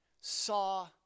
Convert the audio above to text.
saw